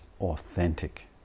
authentic